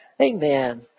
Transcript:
Amen